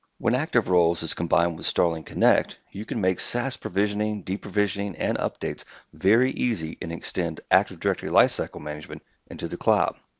when active roles is combined with starling connect, you can make saas provisioning, deprovisioning, and updates very easy and extend active directory lifecycle management into the cloud.